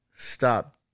Stop